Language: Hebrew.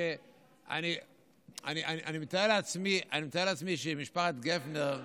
אבל אני מתאר לעצמי שמשפחת גפנר,